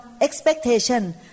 expectation